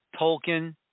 Tolkien